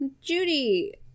Judy